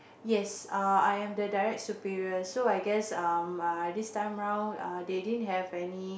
yes uh I am the direct superior so I guess um this time round err they didn't have any